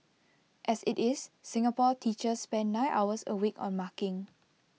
as IT is Singapore teachers spend nine hours A week on marking